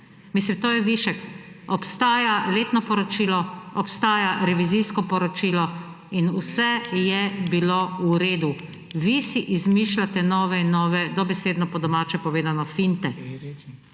Mislim, to je višek. Obstaja letno poročilo, obstaja revizijsko poročilo in vse je bilo v redu. Vi si izmišljate nove in nove, dobesedno po domače povedano, finte